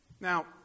Now